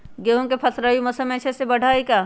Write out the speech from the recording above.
गेंहू के फ़सल रबी मौसम में अच्छे से बढ़ हई का?